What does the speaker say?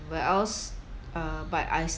whereas uh but I